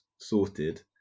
sorted